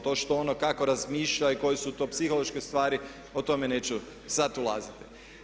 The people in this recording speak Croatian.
To što on kako razmišlja i koje su to psihološke stvari o tome neću sad ulaziti.